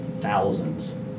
thousands